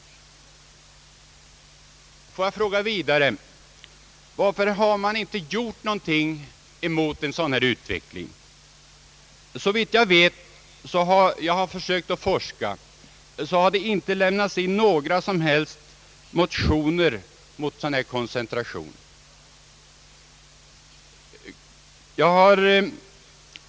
Låt mig vidare fråga: Varför har man inte gjort någonting mot en sådan här utveckling? Såvitt jag vet — jag har försökt att forska — har det inte väckts några motioner mot en sådan koncentration.